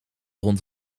rond